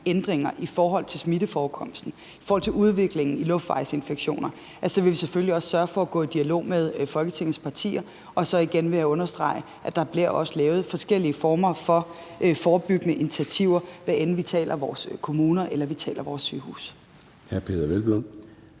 ændringer – i forhold til smitteforekomsten og i forhold til udviklingen i luftvejsinfektioner, vil vi selvfølgelig også sørge for at gå i dialog med Folketingets partier. Og så vil jeg igen understrege, at der også bliver lavet forskellige former for forebyggende initiativer, hvad end vi taler om vores kommuner eller vi taler om